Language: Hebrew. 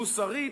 מוסרית,